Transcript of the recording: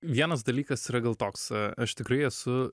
vienas dalykas yra gal toks aš tikrai esu